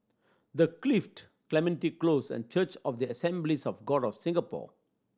The Clift Clementi Close and Church of the Assemblies of God of Singapore